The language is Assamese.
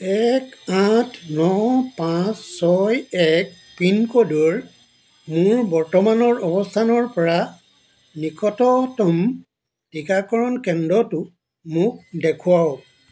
এক আঠ ন পাঁচ ছয় এক পিনক'ডৰ মোৰ বৰ্তমানৰ অৱস্থানৰ পৰা নিকটতম টীকাকৰণ কেন্দ্ৰটো মোক দেখুৱাওক